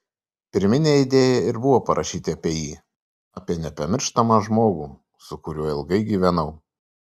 pirminė idėja ir buvo parašyti apie jį apie nepamirštamą žmogų su kuriuo ilgai gyvenau